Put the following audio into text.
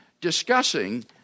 discussing